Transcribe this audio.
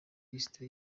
lisiti